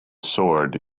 sword